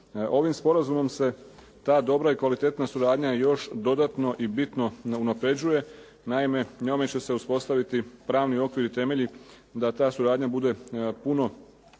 Ovim sporazumom se ta dobra i kvalitetna suradnja još dodatno i bitno ne unapređuje. Naime, njome će se uspostaviti pravni okvir i temelji da ta suradnja bude puno